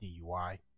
DUI